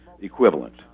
equivalent